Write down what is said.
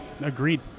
Agreed